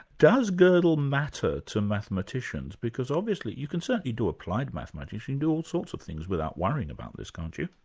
does godel matter to mathematicians, because obviously you can certainly do applied mathematics, you can do all sorts of things without worrying about this, can't you?